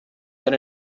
than